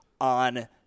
on